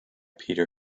peter